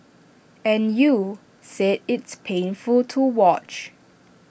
and you said it's painful to watch